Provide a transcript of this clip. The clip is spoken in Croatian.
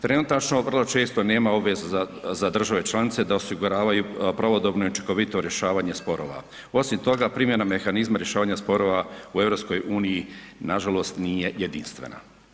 Trenutačno vrlo često nema obveze za države članice da osiguravaju pravodobne i učinkovito rješavanje sporova, osim toga primjena mehanizma rješavanja sporova u EU nažalost nije jedinstvena.